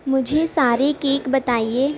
مجھے سارے کیک بتائیے